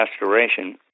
restoration